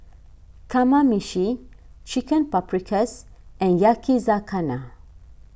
Kamameshi Chicken Paprikas and Yakizakana